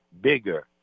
bigger